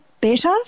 better